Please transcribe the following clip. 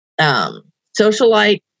socialite